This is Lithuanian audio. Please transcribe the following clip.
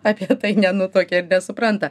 apie tai nenutuokia ir nesupranta